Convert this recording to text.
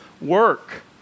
work